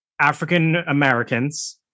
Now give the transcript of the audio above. African-Americans